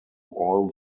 all